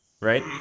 Right